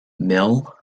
mill